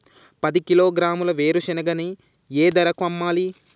పది కిలోగ్రాముల వేరుశనగని ఏ ధరకు అమ్మాలి?